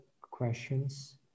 questions